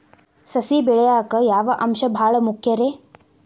ಸಸಿ ಬೆಳೆಯಾಕ್ ಯಾವ ಅಂಶ ಭಾಳ ಮುಖ್ಯ ರೇ?